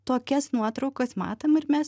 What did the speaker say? tokias nuotraukas matom ir mes